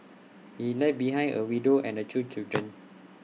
he left behind A widow and the two children